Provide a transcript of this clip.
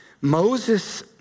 Moses